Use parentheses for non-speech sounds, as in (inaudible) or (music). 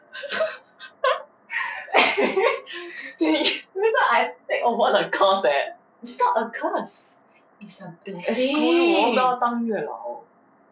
(laughs) later I take over the curse eh 我要当月老